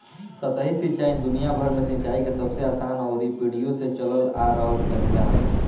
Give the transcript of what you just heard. सतही सिंचाई दुनियाभर में सिंचाई के सबसे आसान अउरी पीढ़ियो से चलल आ रहल तरीका ह